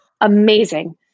Amazing